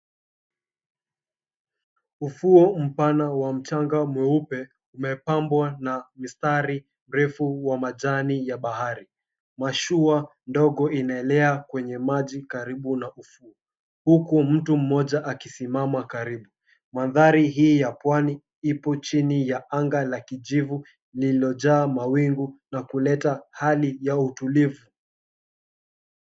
Ufuo mpana wa mchanga mweupe umepambwa na mistari mrefu wa majani ya bahari. Mashua ndogo inaelea kwenye maji karibu na ufuo, huku mtu mmoja akisimama karibu. Mandhari hii ya pwani ipo chini ya anga la kijivu lililojaa mawingu na kuleta hali ya utulivu.